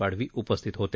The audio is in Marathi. पाडवी उपस्थित होते